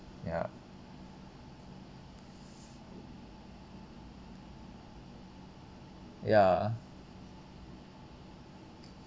ya ya